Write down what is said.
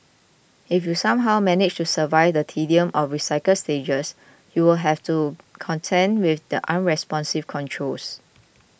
if you somehow manage to survive the tedium of recycled stages you still have to contend with the unresponsive controls